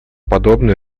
подобное